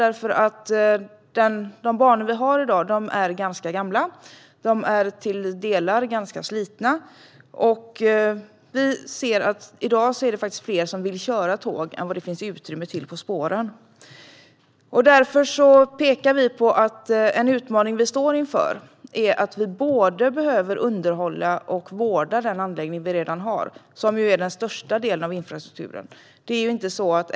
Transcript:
De banor vi har i dag är nämligen ganska gamla. De är till delar ganska slitna. Och i dag är det faktiskt fler som vill köra tåg än det finns utrymme för på spåren. Vi står inför en utmaning som innebär att vi behöver både underhålla och vårda den anläggning vi redan har. Den är ju den största delen av infrastrukturen.